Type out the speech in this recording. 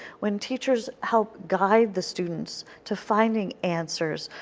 when teachers help guide the students to finding answers,